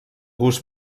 gust